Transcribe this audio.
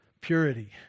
Purity